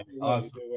awesome